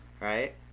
Right